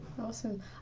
Awesome